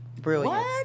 brilliant